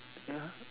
ya